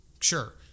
sure